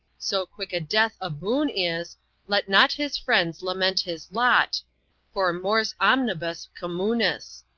so quick a death a boon is let not his friends lament his lot for mors omnibus communis.